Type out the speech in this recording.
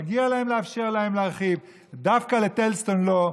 מגיע להם לאפשר להם להרחיב ודווקא לטלז סטון לא,